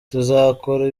tuzakora